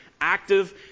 active